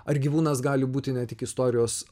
ar gyvūnas gali būti ne tik istorijos